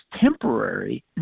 temporary